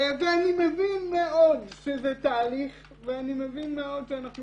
ואני מבין מאוד שזה תהליך ואני מבין מאוד שאנחנו